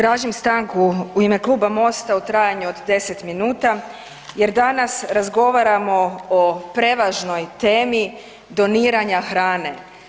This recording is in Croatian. Tražim stanku u ime Kluba MOST-a u trajanju od 10 minuta jer danas razgovaramo o prevažnoj temi doniranja hrane.